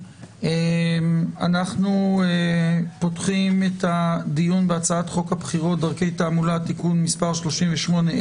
אנחנו פותחים את הדיון בהצעת חוק הבחירות (דרכי תעמולה)(תיקון מס' 38),